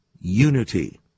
unity